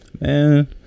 man